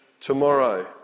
tomorrow